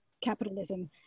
capitalism